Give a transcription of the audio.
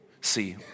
See